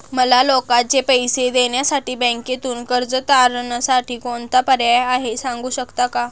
मला लोकांचे पैसे देण्यासाठी बँकेतून कर्ज तारणसाठी कोणता पर्याय आहे? सांगू शकता का?